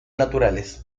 naturales